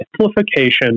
simplification